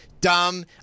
dumb